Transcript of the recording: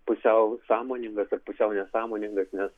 pusiau sąmoningas ar pusiau nesąmoningas nes